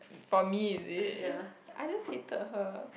for me it is I just hated her